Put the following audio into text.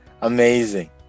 Amazing